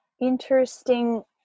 interesting